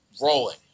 rolling